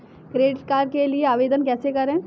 Credit card के लिए आवेदन कैसे करें?